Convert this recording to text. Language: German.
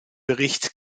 bericht